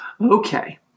okay